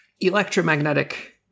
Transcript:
electromagnetic